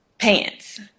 pants